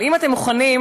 אבל אם אתם מוכנים,